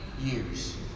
years